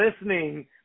listening